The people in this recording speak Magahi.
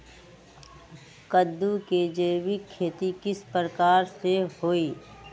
कददु के जैविक खेती किस प्रकार से होई?